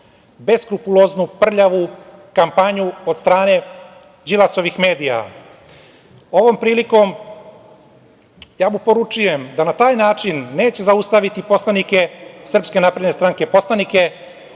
beskrupuloznu, prljavu kampanju od strane Đilasovih medija. Ovom prilikom ja mu poručujem da na taj način neće zaustaviti poslanike SNS, poslanike